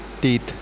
teeth